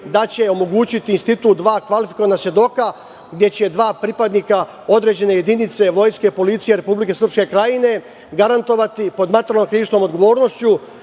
da će omogućiti institut dva kvalifikovana svedoka, gde će dva pripadnika određene jedinice vojske i policije Republike Srpske Krajine garantovati pod materijalnom i krivičnom odgovornošću